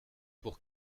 pour